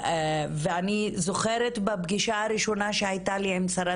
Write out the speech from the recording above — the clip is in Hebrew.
אני זוכרת בפגישה הראשונה שהיתה לי עם שרת